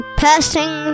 passing